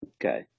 Okay